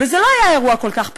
זה לא היה אירוע כל כך פשוט,